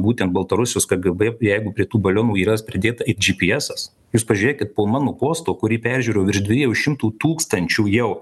būtent baltarusijos kgb jeigu prie tų balionų yra pridėta ir džipyesas jūs pažiūrėkit po mano posto kurį peržiūrėjo virš dviejų šimtų tūkstančių jau